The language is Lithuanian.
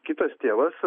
kitas tėvas